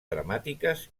dramàtiques